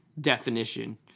definition